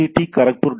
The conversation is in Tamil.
D Kharagpur D